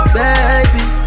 baby